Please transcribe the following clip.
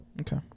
Okay